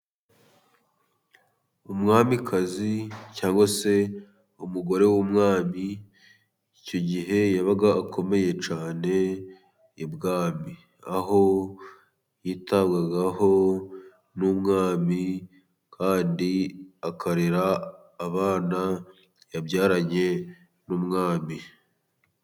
Umwamikazi cyangwa se umugore w'umwami icyo gihe yabaga akomeye cyane ibwami, aho yitabwagaho n'umwami kandi akarera abana yabyaranye n'umwami.